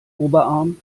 oberarm